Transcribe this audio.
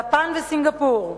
יפן וסינגפור,